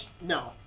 no